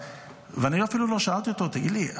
ואני אפילו לא שאלתי אותו: תגיד לי,